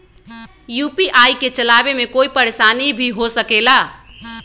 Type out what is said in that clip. UPI के चलावे मे कोई परेशानी भी हो सकेला?